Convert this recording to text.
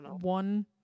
one